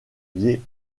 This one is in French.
liés